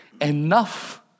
enough